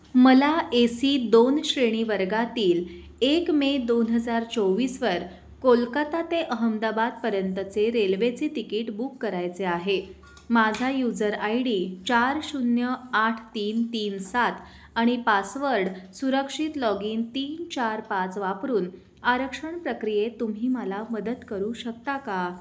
मला A C दोन श्रेणी वर्गातील एक मे दोन हजार चोवीसवर कोलकत्ता ते अहमदाबादपर्यंतचे रेल्वेचे तिकीट बुक करायचे आहे माझा यूजर आय डी चार शून्य आठ तीन तीन सात आणि पासवर्ड सुरक्षित लॉग इन तीन चार पाच वापरून आरक्षण प्रक्रियेत तुम्ही मला मदत करू शकता का